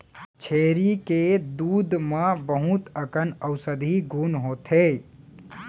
छेरी के दूद म बहुत अकन औसधी गुन होथे